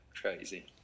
crazy